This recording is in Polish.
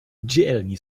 dzielni